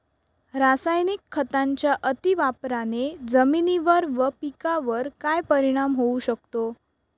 रासायनिक खतांच्या अतिवापराने जमिनीवर व पिकावर काय परिणाम होऊ शकतो?